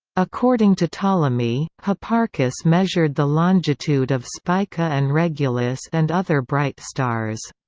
according to ptolemy, hipparchus measured the longitude of spica and regulus and other bright stars.